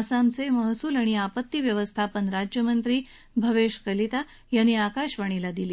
आसामचे महसूल आणि आपत्ती व्यवस्थापन राज्यमंत्री भवेश कलिता यांनी आकाशवाणीशी दिली